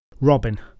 Robin